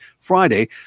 Friday